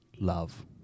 love